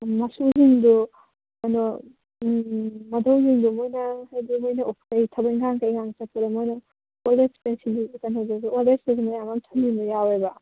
ꯃꯁꯨꯁꯤꯡꯗꯣ ꯀꯩꯅꯣ ꯃꯗꯨꯁꯤꯡꯗꯣ ꯃꯣꯏꯅ ꯍꯥꯏꯕꯗꯤ ꯃꯣꯏꯅ ꯊꯕꯛ ꯏꯪꯈꯥꯡ ꯀꯩꯀꯥ ꯆꯠꯄꯗ ꯃꯣꯏꯅ ꯑꯣꯜ ꯑꯦꯁ ꯄꯦꯟꯁꯤꯟ ꯀꯩꯅꯣꯗꯁꯨ ꯑꯣꯜ ꯑꯦꯁꯇꯁꯨ ꯃꯌꯥꯝ ꯑꯃ ꯊꯝꯖꯤꯟꯕ ꯌꯥꯎꯋꯦꯕ